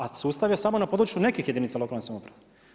A sustav je samo na području nekih jedinica lokalne samouprave.